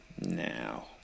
Now